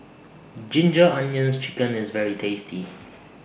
Ginger Onions Chicken IS very tasty